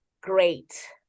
great